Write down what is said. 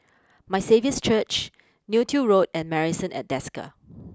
my Saviour's Church Neo Tiew Road and Marrison at Desker